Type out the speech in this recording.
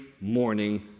morning